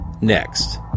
next